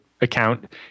account